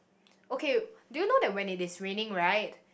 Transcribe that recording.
ok do you know that when it is raining right